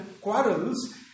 quarrels